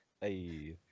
Hey